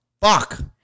Fuck